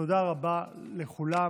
תודה רבה לכולם.